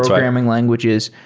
programming languages.